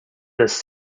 this